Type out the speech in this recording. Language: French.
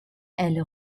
elle